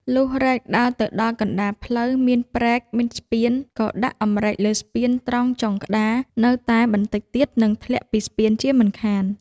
លុះរែកដើរទៅដល់កណ្តាលផ្លូវមានព្រែកមានស្ពាន ក៏ដាក់អម្រែកលើស្ពានត្រង់ចុងក្តារ នៅតែបន្តិចទៀតនឹងធ្លាក់ពីស្ពានជាមិនខាន។